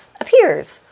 appears